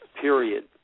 period